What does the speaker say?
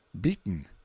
beaten